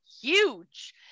huge